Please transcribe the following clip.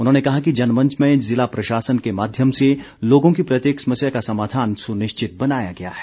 उन्होंने कहा कि जनमंच में जिला प्रशासन के माध्यम से लोगों की प्रत्येक समस्या का समाधान सुनिश्चित बनाया गया है